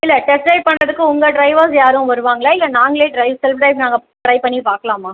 இல்லை test drive பண்ணுறதுக்கு உங்கள் ட்ரைவர்ஸ் யாரும் வருவாங்களா இல்லை நாங்களே ட்ரைவ் செல்ஃப் ட்ரைவ் நாங்கள் ட்ரைவ் பண்ணிப் பார்க்கலாமா